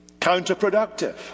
counterproductive